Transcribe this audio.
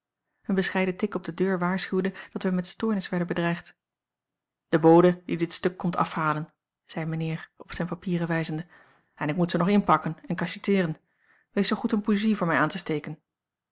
een bescheiden tik op de deur waarschuwde dat wij met stoornis werden bedreigd de bode die dit stuk komt afhalen zei mijnheer op zijne papieren wijzende en ik moet ze nog inpakken en cacheteeren wees zoo goed een bougie voor mij aan te steken